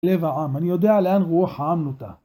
לב העם, אני יודע לאן רוח נודה.